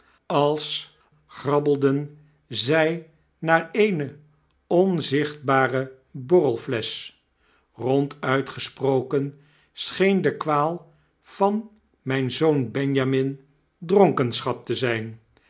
als grabbelden zij naar eene onzichtbare borrelflesch eonduit gesproken scheen de kwaal van mijn zoon benjamin dronkenschap te zijn